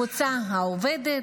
הקבוצה העובדת,